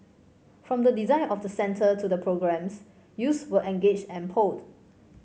from the design of the centre to the programmes youths were engaged and polled